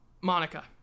Monica